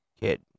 kid